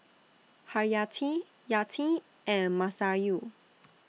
Haryati Yati and Masayu